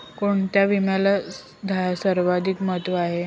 कोणता विम्याला सर्वाधिक महत्व आहे?